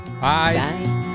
bye